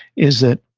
is that,